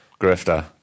Grifter